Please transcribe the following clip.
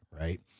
right